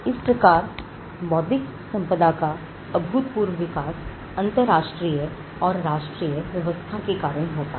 इस प्रकार बौद्धिक संपदा का अभूतपूर्व विकास अंतरराष्ट्रीय और राष्ट्रीय व्यवस्था के कारण होता है